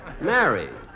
Mary